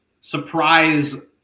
surprise